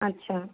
আচ্ছা